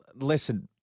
listen